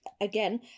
Again